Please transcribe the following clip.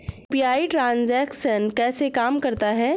UPI transaction कैसे काम करता है?